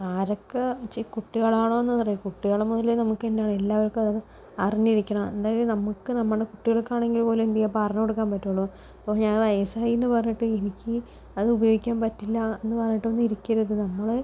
ആരൊക്കെ വെച്ച കുട്ടികളാണോയെന്ന് അറിയില്ല കുട്ടികള് മുതലേ നമുക്ക് അറിഞ്ഞിരിക്കണം എന്തായാലും നമുക്ക് നമ്മുടെ കുട്ടികൾക്കാണെങ്കിൽപ്പോലും എന്തു ചെയ്യാം പറഞ്ഞു കൊടുക്കാൻ പറ്റുള്ളൂ ഇപ്പോൾ ഞാൻ വയസ്സായി എന്നു പറഞ്ഞിട്ട് എനിക്ക് അതുപയോഗിക്കാൻ പറ്റില്ല എന്ന് പറഞ്ഞിട്ടൊന്നും ഇരിക്കരുത് നമ്മൾ